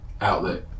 outlet